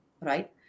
right